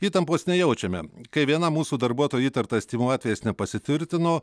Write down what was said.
įtampos nejaučiame kai vienam mūsų darbuotojai įtartas tymų atvejis nepasitvirtino